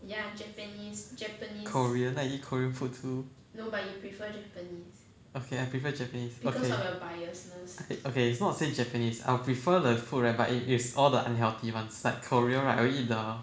korean korean food too know okay I prefer japanese okay it's not say japanese it's I would prefer the food whereby if it's all the unhealthy [ones] like korea right I will eat the